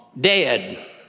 dead